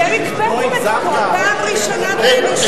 אתם הקפאתם את הכול, פעם ראשונה באנושות.